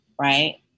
Right